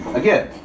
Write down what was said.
again